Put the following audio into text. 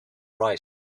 right